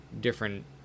different –